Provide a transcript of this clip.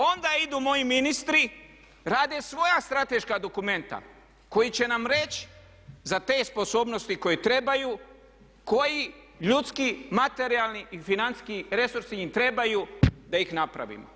Onda idu moji ministri, rade svoja strateška dokumenta koji će nam reći za te sposobnosti koje trebaju koji ljudski, materijalni i financijski resursi im trebaju da ih napravimo.